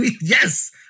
yes